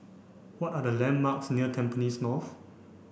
what are the landmarks near Tampines North